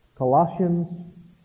Colossians